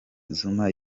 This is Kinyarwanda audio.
zuma